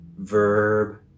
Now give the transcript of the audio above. verb